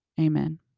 amen